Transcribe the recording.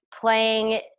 playing